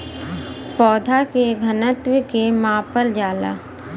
पौधा के घनत्व के मापल जाला